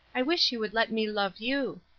i wish you would let me love you.